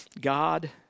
God